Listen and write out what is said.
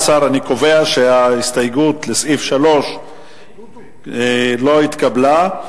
18. אני קובע שההסתייגות לסעיף 3 לא התקבלה.